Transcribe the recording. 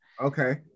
Okay